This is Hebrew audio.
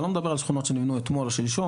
ואני לא מדבר על שכונות שנבנו אתמול או שלשום,